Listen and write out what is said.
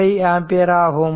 5 ampere ஆகும்